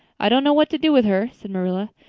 i don't know what to do with her, said marilla.